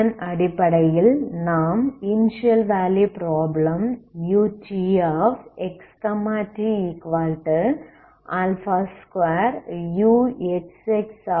இதன் அடிப்படையில் நாம் initial value problem utxt 2uxxxt0 x∈R